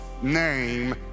name